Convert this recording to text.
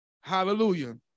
Hallelujah